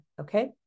Okay